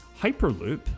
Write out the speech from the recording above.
Hyperloop